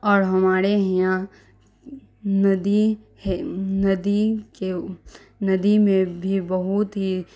اور ہمارے یہاں ندی ہے ندی کے ندی میں بھی بہت ہی